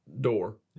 door